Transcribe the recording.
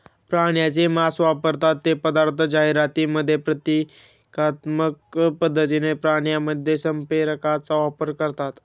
प्राण्यांचे मांस वापरतात ते पदार्थ जाहिरातींमध्ये प्रतिकात्मक पद्धतीने प्राण्यांमध्ये संप्रेरकांचा वापर करतात